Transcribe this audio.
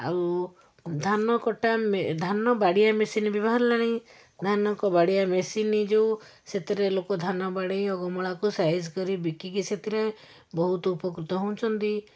ଆଉ ଧାନ କଟା ମେ ଧାନ ବାଡ଼ିଆ ମେସିନ୍ ବି ବାହାରିଲାଣି ଧାନକୁ ବାଡ଼ିଆ ମେସିନ୍ ବି ଯେଉଁ ସେଥିରେ ଲୋକ ଧାନ ବାଡ଼େଇ ଅଗମଳାକୁ ସାଇଜ କରି ବିକିକି ସେଥିରେ ବହୁତ ଉପକୃତ ହେଉଛନ୍ତି